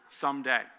someday